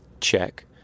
Check